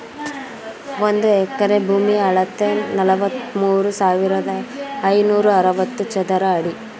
ಒಂದು ಎಕರೆ ಭೂಮಿಯ ಅಳತೆ ನಲವತ್ಮೂರು ಸಾವಿರದ ಐನೂರ ಅರವತ್ತು ಚದರ ಅಡಿ